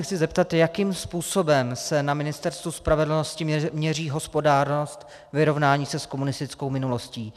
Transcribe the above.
Chci se zeptat, jakým způsobem se na Ministerstvu spravedlnosti měří hospodárnost vyrovnání se s komunistickou minulostí.